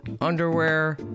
underwear